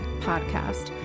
podcast